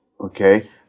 okay